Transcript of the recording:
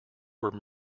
were